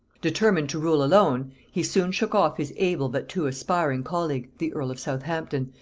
determined to rule alone, he soon shook off his able but too aspiring colleague, the earl of southampton,